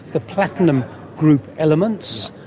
the platinum group elements,